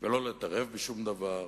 ולא להתערב בשום דבר,